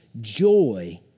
joy